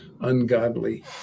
ungodly